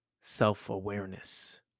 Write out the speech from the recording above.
self-awareness